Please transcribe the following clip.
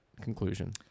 conclusion